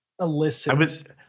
elicit